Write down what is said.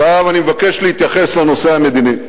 עכשיו אני מבקש להתייחס לנושא המדיני.